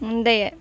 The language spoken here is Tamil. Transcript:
முந்தைய